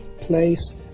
place